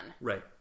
Right